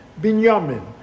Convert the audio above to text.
Binyamin